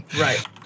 Right